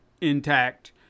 intact